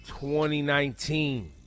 2019